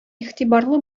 игътибарлы